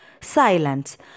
silence